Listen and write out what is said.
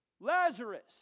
Lazarus